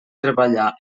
treballar